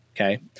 Okay